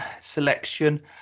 selection